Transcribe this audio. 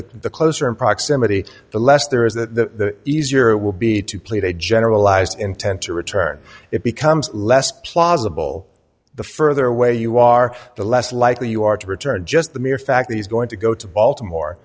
the closer in proximity the less there is the easier it will be to play a generalized intent to return it becomes less plausible the further away you are the less likely you are to return just the mere fact that he's going to go to baltimore